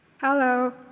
Hello